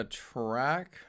track